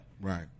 Right